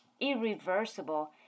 irreversible